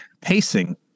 pacing